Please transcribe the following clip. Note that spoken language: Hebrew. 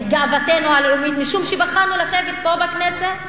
את גאוותנו הלאומית משום שבחרנו לשבת פה בכנסת?